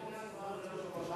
היושב-ראש,